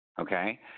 Okay